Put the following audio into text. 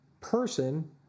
person